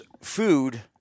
food